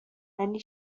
زنی